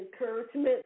encouragement